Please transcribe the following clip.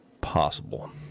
possible